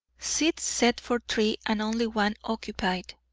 seats set for three and only one occupied,